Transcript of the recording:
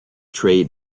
trade